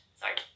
sorry